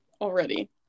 already